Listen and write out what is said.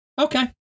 Okay